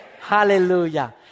Hallelujah